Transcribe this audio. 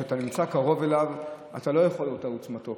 כשאתה נמצא קרוב אליו אתה לא יכול לראות את עוצמתו.